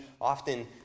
often